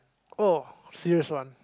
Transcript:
oh serious one